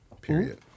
Period